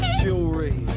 jewelry